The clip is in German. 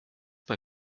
bei